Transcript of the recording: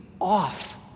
off